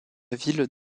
ville